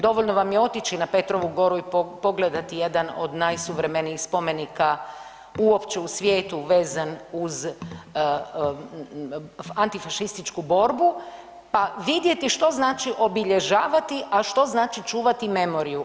Dovoljno vam je otići na Petrovu Goru i pogledati jedan od najsuvremenijih spomenika uopće u svijetu vezan uz antifašističku borbu pa vidjeti što znači obilježavati, a što znači čuvati memoriju.